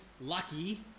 lucky